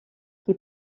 qui